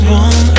one